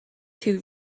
two